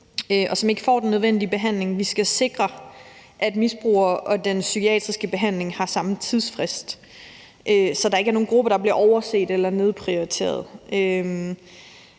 og som ikke får den nødvendige behandling. Vi skal sikre, at misbrugere og den psykiatriske behandling har samme tidsfrist, så der ikke er nogen grupper, der bliver overset eller nedprioriteret.